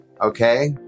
okay